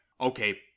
Okay